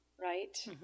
Right